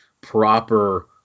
proper